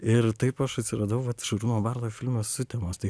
ir taip aš atsiradau vat šarūno barto filme sutemos tai